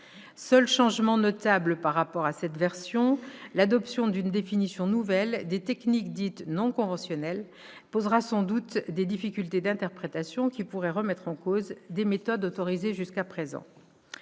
Seul changement notable par rapport à cette version, l'adoption d'une définition nouvelle des techniques dites « non conventionnelles » posera sans doute des difficultés d'interprétation qui pourraient remettre en cause des méthodes autorisées jusqu'à présent.